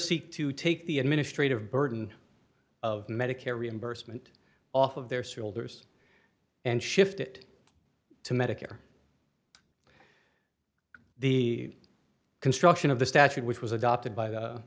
seek to take the administrative burden of medicare reimbursement off of their soldiers and shift it to medicare the construction of the statute which was adopted by